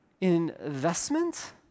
investment